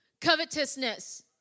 covetousness